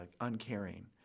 uncaring